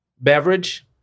Beverage